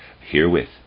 herewith